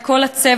את כל הצוות,